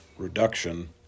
reduction